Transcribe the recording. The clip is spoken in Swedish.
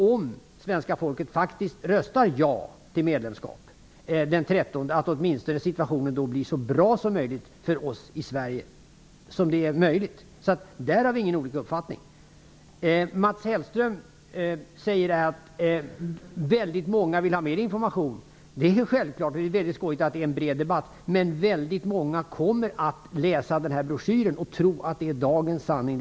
Om svenska folket faktiskt röstar ja till medlemskap den 13 november gäller det att se till att situationen blir så bra som möjligt för oss i Sverige. Där har vi inte olika uppfattning. Mats Hellström säger att väldigt många vill ha mer information. Det är självklart, och det är skojigt att det är en bred debatt. Men väldigt många som läser broschyren tror att det är dagens sanning.